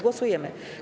Głosujemy.